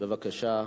בבקשה.